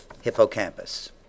hippocampus